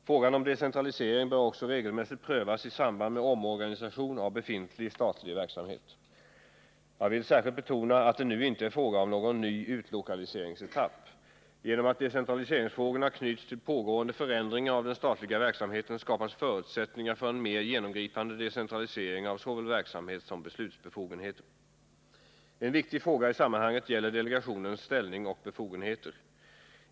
Frågan om decentralisering bör också regelmässigt prövas i samband med omorganisation av befintlig statlig verksamhet. Jag vill särskilt betona att det nu inte är fråga om någon ny utlokaliseringsetapp. Genom att decentralise ringsfrågorna knyts till pågående förändringar av den statliga verksamheten skapas förutsättningar för en mer genomgripande decentralisering av såväl verksamhet som beslutsbefogenheter. En viktig fråga i sammanhanget gäller delegationens ställning och befogenheter.